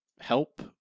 help